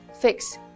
fix